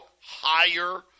higher